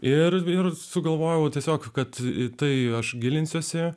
ir sugalvojau tiesiog kad į tai aš gilinsiuosi